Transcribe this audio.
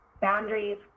boundaries